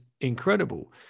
incredible